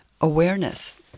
awareness